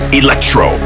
electro